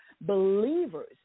believers